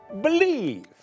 believe